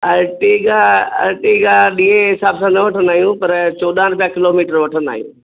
Ertiga Ertiga ॾींहं जे हिसाब सां न वठंदा आहियूं पर चोॾहां रुपया किलोमीटर वठंदा आहियूं